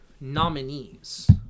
nominees